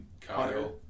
Kyle